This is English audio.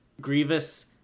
grievous